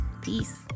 Peace